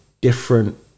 different